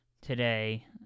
Today